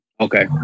Okay